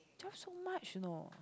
it drop so much you know